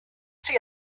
see